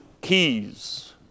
keys